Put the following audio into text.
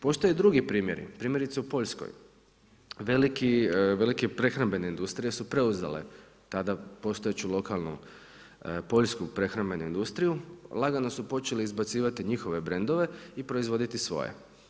Postoje drugi primjeri, primjerice u Poljskoj, velike prehrambene industrije su preuzele tada postojeću lokalnu poljsku prehrambenu industriju, lagano su počeli izbacivati njihove brendove i proizvoditi svoje.